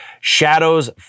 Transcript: Shadows